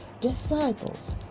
disciples